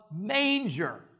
manger